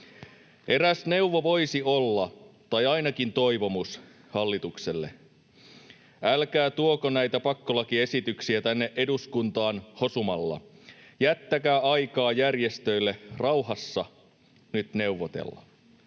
”Eräs neuvo voisi olla — tai ainakin toivomus — hallitukselle: Älkää tuoko näitä pakkolakiesityksiä tänne eduskuntaan hosumalla. Jättäkää aikaa järjestöille rauhassa nyt neuvotella.”